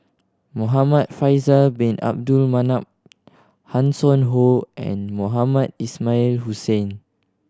Muhamad Faisal Bin Abdul Manap Hanson Ho and Mohamed Ismail Hussain